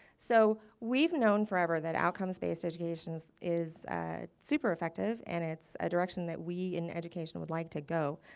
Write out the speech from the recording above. so, we've known forever that outcomes based education is super effective and it's a direction that we in education would like to go.